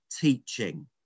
teaching